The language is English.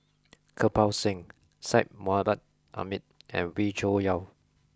Kirpal Singh Syed Mohamed Ahmed and Wee Cho Yaw